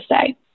say